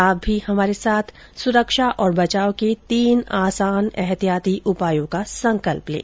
आप भी हमारे साथ सुरक्षा और बचाव के तीन आसान एहतियाती उपायों का संकल्प लें